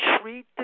treat